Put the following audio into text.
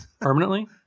permanently